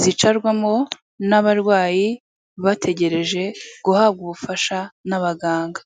zicarwamo n'abarwayi bategereje guhabwa ubufasha n'abaganga.